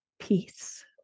peace